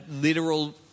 literal